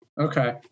Okay